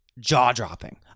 jaw-dropping